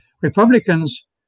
Republicans